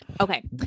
okay